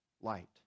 light